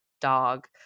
dog